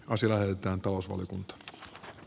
on selvää että muillakin aloilla